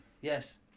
Yes